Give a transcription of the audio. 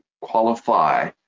qualify